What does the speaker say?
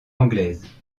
anglaise